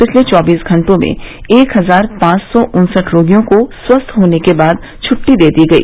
पिछले चौबीस घंटों में एक हजार पांच सौ उनसठ रोगियों को स्वस्थ होने के बाद छुट्टी दे दी गई